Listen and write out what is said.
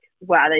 wow